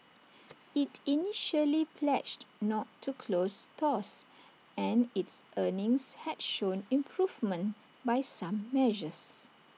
IT initially pledged not to close stores and its earnings had shown improvement by some measures